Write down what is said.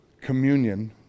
communion